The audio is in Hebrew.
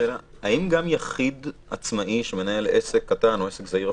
האם גם יחיד עצמאי המנהל עסק קטן או אפילו עסק זעיר,